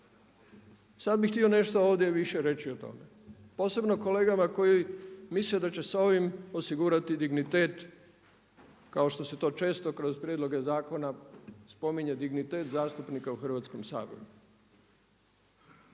Sada bih htio nešto ovdje više reći o tome, posebno kolegama koji misle da će sa ovim osigurati dignitet kao što se to često kroz prijedloge zakona spominje dignitet zastupnika u Hrvatskom saboru.